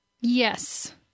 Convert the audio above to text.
Yes